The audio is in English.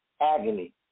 agony